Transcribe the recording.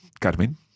Carmen